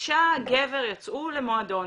אישה וגבר יצאו למועדון.